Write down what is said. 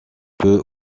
peu